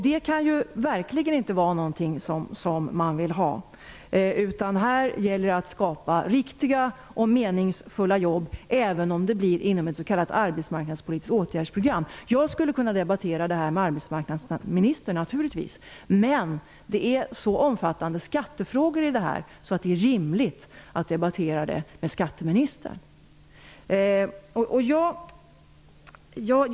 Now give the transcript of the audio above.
Det kan verkligen inte vara något man vill ha, utan här gäller det att skapa riktiga och meningsfulla jobb, även om det blir inom ett s.k. Jag skulle kunna debattera detta med arbetsmarknadsministern, naturligtvis. Men det är så omfattande skattefrågor förknippade med detta att det är rimligt att debattera frågan med skatteministern.